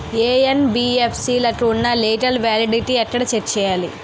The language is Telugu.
యెన్.బి.ఎఫ్.సి లకు ఉన్నా లీగల్ వ్యాలిడిటీ ఎక్కడ చెక్ చేయాలి?